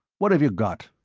what have you got?